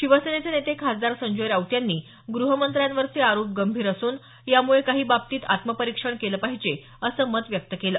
शिवसेनेचे नेते खासदार संजय राऊत यांनी ग्रहमंत्र्यांवरचे आरोप गंभीर असून यामुळे काही बाबतीत आत्मपरीक्षण केलं पाहिजे असं मत व्यक्त केलं